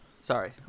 sorry